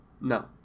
No